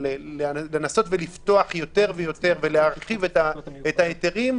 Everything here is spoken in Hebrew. שר האוצר ניסה להילחם בישיבת הממשלה כדי שזה